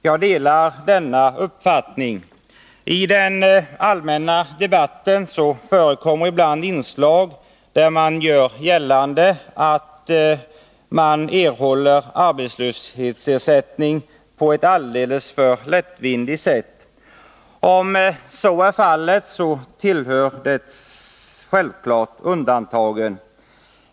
Jag delar den uppfattningen. I den allmänna debatten förekommer dock ibland inslag där man gör gällande att arbetslöshetsersättning kan erhållas på ett allför lättvindigt sätt. Om så är fallet tillhör det självfallet undantagen.